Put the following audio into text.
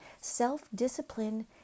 Self-discipline